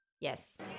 Yes